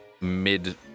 mid